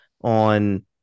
on